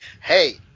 Hey